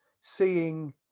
seeing